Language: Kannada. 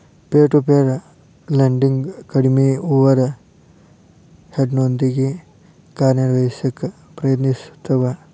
ಪೇರ್ ಟು ಪೇರ್ ಲೆಂಡಿಂಗ್ ಕಡ್ಮಿ ಓವರ್ ಹೆಡ್ನೊಂದಿಗಿ ಕಾರ್ಯನಿರ್ವಹಿಸಕ ಪ್ರಯತ್ನಿಸ್ತವ